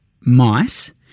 mice